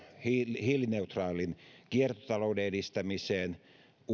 hiilineutraalin kiertotalouden edistämiseen